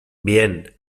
bien